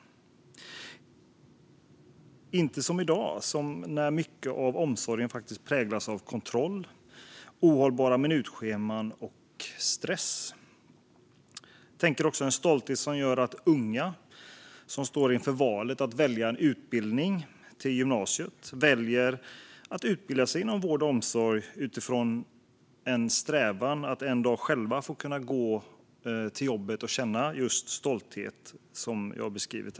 Det ska inte vara som i dag då mycket av omsorgen präglas av kontroll, ohållbara minutscheman och stress. Jag tänker också på en stolthet som gör att unga, som står inför att välja utbildning på gymnasiet, väljer att utbilda sig inom vård och omsorg utifrån en strävan att en dag själva kunna gå till jobbet och känna en sådan stolthet som jag just beskrev.